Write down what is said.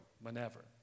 whenever